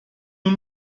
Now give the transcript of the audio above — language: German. nur